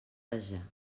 rajar